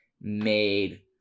made